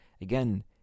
again